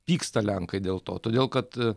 pyksta lenkai dėl to todėl kad